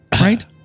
Right